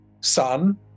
sun